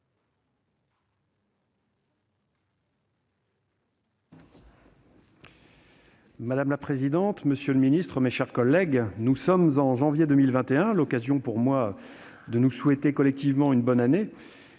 Madame la présidente, monsieur le secrétaire d'État, mes chers collègues, nous sommes en janvier 2021, c'est l'occasion pour moi de nous souhaiter collectivement une bonne année